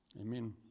Amen